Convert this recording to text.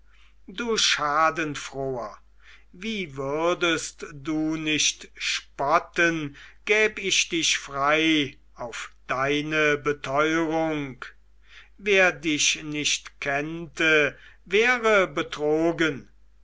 du schadenfroher wie würdest du nicht spotten gäb ich dich frei auf deine beteurung wer dich nicht kennte wäre betrogen